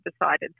decided